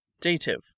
dative